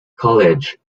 college